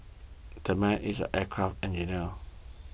that man is an aircraft engineer